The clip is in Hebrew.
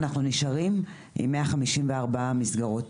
אנחנו נשארים עם 154 מסגרות.